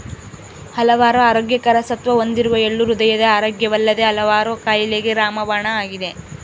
ಹಲವಾರು ಆರೋಗ್ಯಕರ ಸತ್ವ ಹೊಂದಿರುವ ಎಳ್ಳು ಹೃದಯದ ಆರೋಗ್ಯವಲ್ಲದೆ ಹಲವಾರು ಕಾಯಿಲೆಗಳಿಗೆ ರಾಮಬಾಣ ಆಗಿದೆ